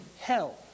hell